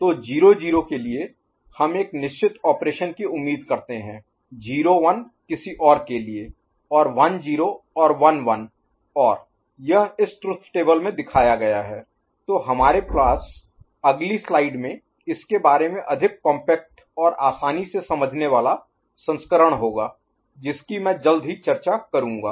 तो 00 के लिए हम एक निश्चित ऑपरेशन की उम्मीद करते हैं 01 किसी और के लिए और 10 और 11 और यह इस ट्रुथ टेबल में दिखाया गया है तो हमारे पास अगली स्लाइड में इसके बारे में अधिक कॉम्पैक्ट और आसानी से समझने वाला संस्करण होगा जिसकी मैं जल्द ही चर्चा करूंगा